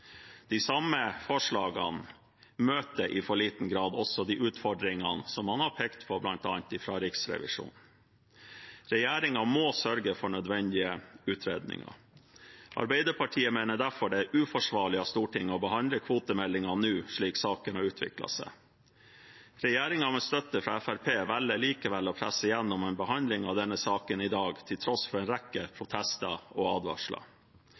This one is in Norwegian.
De samme forslagene møter i for liten grad også de utfordringene som man har pekt på bl.a. fra Riksrevisjonen. Regjeringen må sørge for nødvendige utredninger. Arbeiderpartiet mener derfor det er uforsvarlig av Stortinget å behandle kvotemeldingen nå slik saken har utviklet seg. Regjeringen med støtte fra Fremskrittspartiet velger likevel å presse gjennom en behandling av denne saken i dag, til tross for en rekke protester og advarsler.